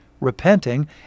repenting